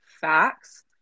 facts